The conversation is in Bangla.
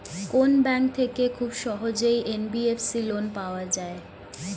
কোন ব্যাংক থেকে খুব সহজেই এন.বি.এফ.সি লোন পাওয়া যায়?